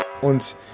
Und